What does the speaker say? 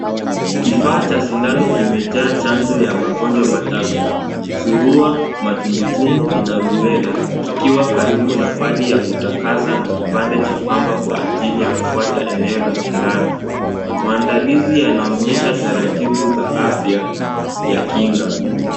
Kifaa cha sindano kimejaa chanjo ya magonjwa matatu, surua, matumbwitumbwi na rubella kikiwa karibu na pedi ya kutakasa na kipande cha pamba kwa ajili ya kufuata eneo la sindano. Maandalizi yanaonyesha taratibu za afya ya kinga.